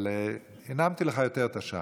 אבל הנעמתי לך יותר את השעה.